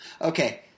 Okay